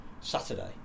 Saturday